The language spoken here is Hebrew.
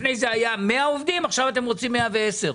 לפני כן היו 100 עובדים ועכשיו אתם רוצים 110 עובדים.